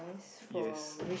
yes